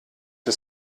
für